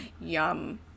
Yum